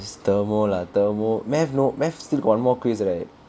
is thermo lah thermo math no math still got one more quiz right